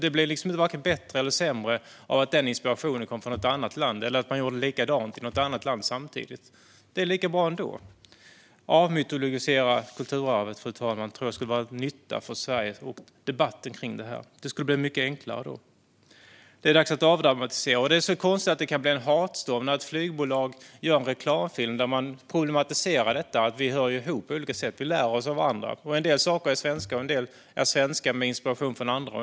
Det blir varken bättre eller sämre om sådan inspiration kommit från något annat land eller om man gjorde likadant i något annat land samtidigt. Det är ändå lika bra. Fru talman! En avmytologisering av kulturarvet vore till nytta för Sverige och debatten kring detta. Det skulle bli mycket enklare. Det är dags att avdramatisera det hela. Det är konstigt att det kan bli en hatstorm när ett flygbolag gör en reklamfilm där man problematiserar att vi på olika sätt hör ihop och att vi lär av varandra. En del saker är svenska. En del är svenska med inspiration från andra.